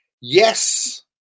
Yes